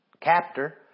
captor